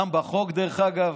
גם בחוק, דרך אגב,